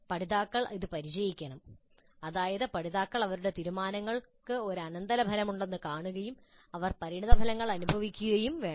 പഠിതാക്കൾ ഇത് പരിചയിക്കണം അതായത് പഠിതാക്കൾ അവരുടെ തീരുമാനങ്ങൾക്ക് ഒരു അനന്തരഫലമുണ്ടെന്ന് കാണുകയും അവർ ആ പരിണതഫലങ്ങൾ അനുഭവിക്കുകയും വേണം